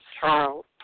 Charles